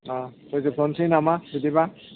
औ फोदोबथ'सै नामा बिदिबा